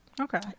Okay